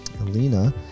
Alina